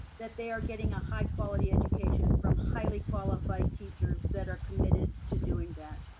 that they are getting a high quality education from highly qualified teachers that are committed to doing that.